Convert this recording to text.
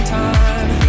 time